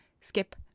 skip